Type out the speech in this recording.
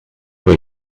were